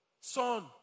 son